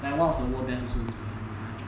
like one of the world best S&P five hundred